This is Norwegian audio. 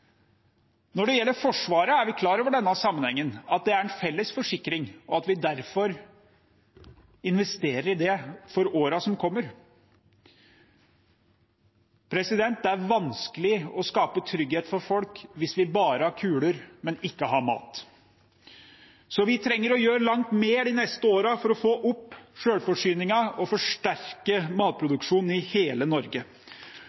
Når det gjelder forsvaret, er vi klar over denne sammenhengen, at det er en felles forsikring, og at vi derfor investerer i det for årene som kommer. Det er vanskelig å skape trygghet for folk hvis vi bare har kuler og ikke har mat. Så vi trenger å gjøre langt mer de neste årene for å få opp selvforsyningen og forsterke